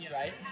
right